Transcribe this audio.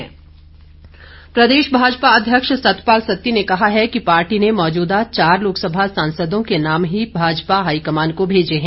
कांग्रेस भाजपा प्रदेश भाजपा अध्यक्ष सतपाल सत्ती ने कहा है कि पार्टी ने मौजूदा चार लोकसभा सांसदों के नाम ही भाजपा हाईकमान को भेजे हैं